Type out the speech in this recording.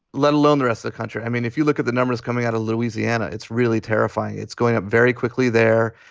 let alone the rest of the country i mean, if you look at the numbers coming out of louisiana, it's really terrifying. it's going up very quickly there.